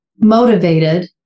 motivated